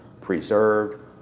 preserved